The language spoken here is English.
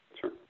sure